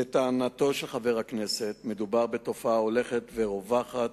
לטענתו של חבר הכנסת מדובר בתופעה הולכת ורווחת,